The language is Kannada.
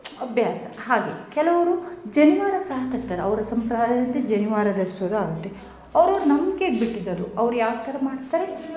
ಅಭ್ಯಾಸ ಹಾಗೆ ಕೆಲವರು ಜನಿವಾರ ಸಹ ಹಾಕಿರ್ತಾರೆ ಅವರ ಜನಿವಾರ ಧರ್ಸೋದು ಆಗಲಿ ಅವ್ರವ್ರ ನಂಬ್ಕೆಗೆ ಬಿಟ್ಟಿದ್ದು ಅದು ಅವ್ರು ಯಾವ ಥರ ಮಾಡ್ತಾರೆ